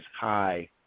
high